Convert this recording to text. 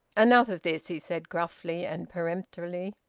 enough of this! he said gruffly and peremptorily.